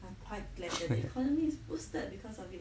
and point the economy boosted because of it